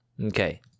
Okay